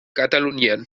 katalunian